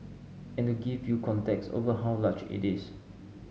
and to give you context over how large it is